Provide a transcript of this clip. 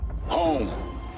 Home